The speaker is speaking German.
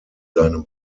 seinem